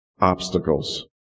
obstacles